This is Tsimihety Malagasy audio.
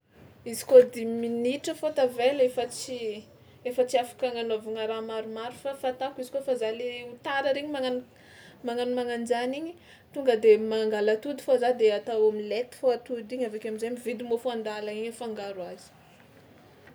Izy kôa dimy minitra fao tavela efa tsy efa tsy afaka agnanaovagna raha maromaro fa fatako izy kaofa za le ho tara regny magnano magnano mana an-jany igny tonga de mangala atody fao za de atao omelette fao atody igny avy ake amin-jay mividy môfo an-dàlana eny afangaro azy.